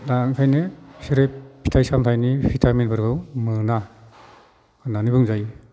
दा ओंखायनो बिसोरो फिथाइ सामथाइनि भिटामिनफोरखौ मोना होननानै बुंजायो